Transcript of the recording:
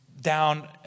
down